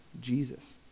Jesus